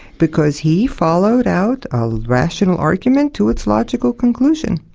because he followed out a rational argument to its logical conclusion,